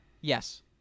Yes